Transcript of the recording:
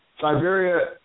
Siberia